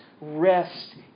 rest